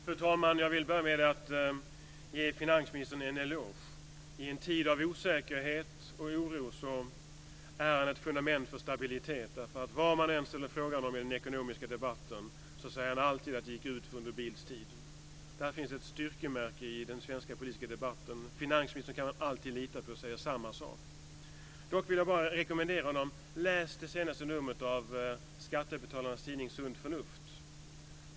Fru talman! Jag vill börja med att ge finansministern en eloge. I en tid av osäkerhet och oro är det ett fundament för stabilitet att vad man än ställer frågan om i den ekonomiska debatten säger han alltid att det gick utför under Bildts tid. Det är ett styrketecken i den svenska politiska debatten att man kan lita på att finansministern alltid säger samma sak. Dock vill jag bara rekommendera honom att läsa det senaste numret av Skattebetalarnas tidning Sunt Förnuft.